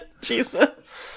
Jesus